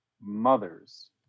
mothers